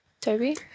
Toby